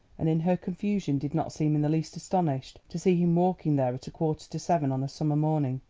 and in her confusion did not seem in the least astonished to see him walking there at a quarter to seven on a summer morning.